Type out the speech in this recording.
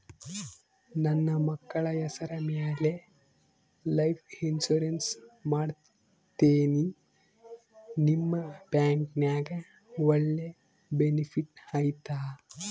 ನನ್ನ ಮಕ್ಕಳ ಹೆಸರ ಮ್ಯಾಲೆ ಲೈಫ್ ಇನ್ಸೂರೆನ್ಸ್ ಮಾಡತೇನಿ ನಿಮ್ಮ ಬ್ಯಾಂಕಿನ್ಯಾಗ ಒಳ್ಳೆ ಬೆನಿಫಿಟ್ ಐತಾ?